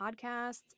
podcasts